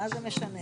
מה זה משנה?